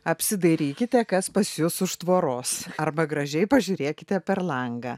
apsidairykite kas pas jus už tvoros arba gražiai pažiūrėkite per langą